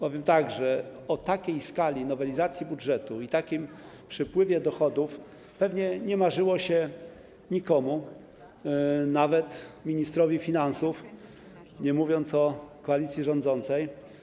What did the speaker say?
Powiem tak: o takiej skali realizacji budżetu i takim przypływie dochodów pewnie nie marzyło się nikomu, nawet ministrowi finansów, nie mówiąc o koalicji rządzącej.